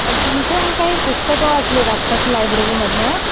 तुमचे मी काही पुस्तकं वाचलेत आत्ताच लायब्ररीमधून